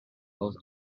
both